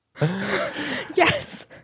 Yes